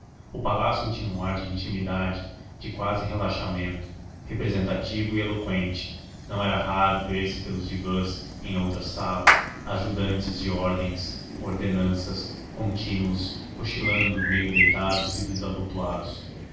o palácio tinha um ar de intimidade de quase relaxamento representativo e eloqüente não era raro ver-se pelos divãs em outras salas ajudantes de ordens ordenanças contínuos cochilando meio deitados e desabotoados